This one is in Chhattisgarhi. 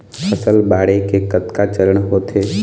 फसल बाढ़े के कतका चरण होथे?